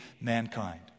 mankind